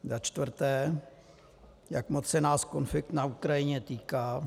Za čtvrté: Jak moc se nás konflikt na Ukrajině týká?